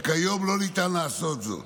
כיום לא ניתן לעשות זאת.